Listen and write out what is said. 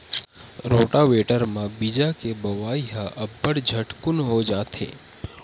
rotavator म बीजा के बोवई ह अब्बड़ झटकुन हो जाथे